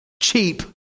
cheap